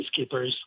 peacekeepers